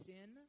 Sin